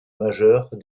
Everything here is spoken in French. majeurs